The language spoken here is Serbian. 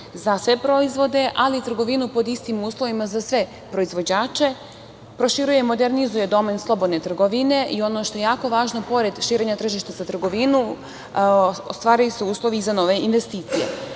za sve proizvode, ali i trgovinu pod istim uslovima za sve proizvođače, proširuje i modernizuje domen slobodne trgovine i, ono što je jako važno pored širenja tržišta za trgovinu, ostvaruju se uslovi za nove investicije. Takođe,